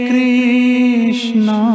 Krishna